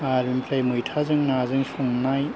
आरो ओनिफ्राय मैथाजों नाजों संनाय